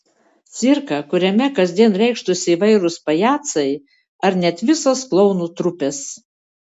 cirką kuriame kasdien reikštųsi įvairūs pajacai ar net visos klounų trupės